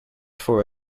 for